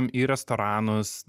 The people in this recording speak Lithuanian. į restoranus